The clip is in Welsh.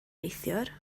neithiwr